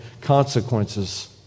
consequences